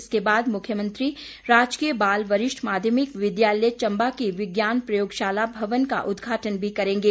इसके बाद मुख्यमंत्री राजकीय बाल वरिष्ठ माध्यमिक विद्यालय चंबा की विज्ञान प्रयोगशाला भवन का उदघाटन भी करेंगे